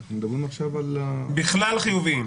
מדברים עכשיו על בכלל חיוביים.